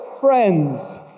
friends